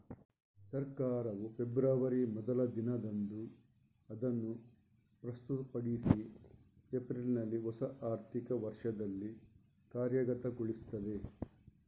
ಸರ್ಕಾರವು ಫೆಬ್ರವರಿ ಮೊದಲ ದಿನದಂದು ಅದನ್ನು ಪ್ರಸ್ತುತಪಡಿಸಿ ಏಪ್ರಿಲಿನಲ್ಲಿ ಹೊಸ ಆರ್ಥಿಕ ವರ್ಷದಲ್ಲಿ ಕಾರ್ಯಗತಗೊಳಿಸ್ತದೆ